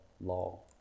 law